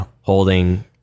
holding